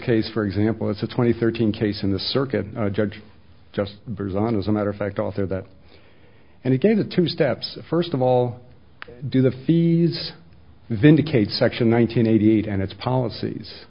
case for example it's a twenty thirteen case in the circuit judge just resigned as a matter of fact author that and he gave it two steps first of all do the fees vindicate section one hundred eighty eight and its policies